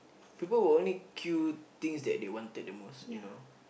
people will only queue things they wanted the most you know